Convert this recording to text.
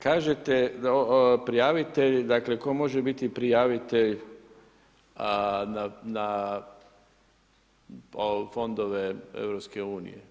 Kažete prijavitelj, dakle tko može biti prijavitelj na fondove EU?